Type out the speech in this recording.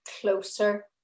closer